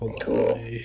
cool